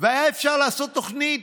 היה אפשר לעשות תוכנית